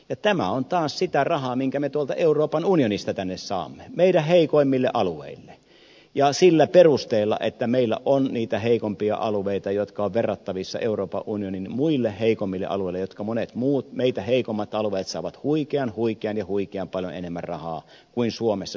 ja tämä on taas sitä rahaa minkä me tuolta euroopan unionista tänne saamme meidän heikoimmille alueille sillä perusteella että meillä on niitä heikompia alueita jotka ovat verrattavissa euroopan unionin muihin heikompiin alueisiin joista monet muut meitä heikommat alueet saavat huikean huikean ja huikean paljon enemmän rahaa kuin suomessa syrjäisimmätkään alueet